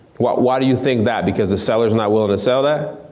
why why do you think that, because the seller's not willing the sell that?